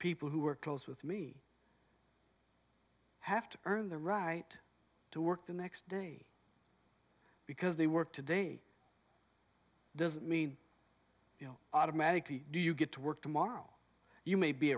people who are close with me have to earn the right to work the next day because they work today doesn't mean you know automatically do you get to work tomorrow you may be